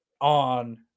on